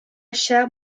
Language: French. chère